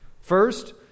First